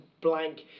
blank